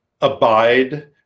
abide